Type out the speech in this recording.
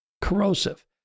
Corrosive